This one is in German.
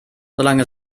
solange